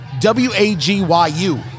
W-A-G-Y-U